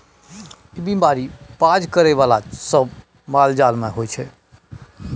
ई बीमारी पाज करइ बला सब मालजाल मे होइ छै